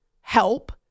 help